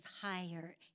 higher